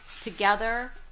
together